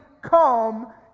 come